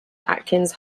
atkins